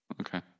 Okay